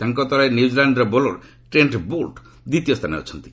ତାଙ୍କ ତଳେ ନ୍ୟୁଜିଲାଣ୍ଡର ବୋଲର ଟ୍ରେଣ୍ଟ ବୋଲ୍ ଦ୍ୱିତୀୟ ସ୍ଥାନରେ ଅଛନ୍ତି